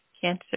cancer